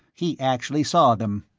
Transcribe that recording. he actually saw them.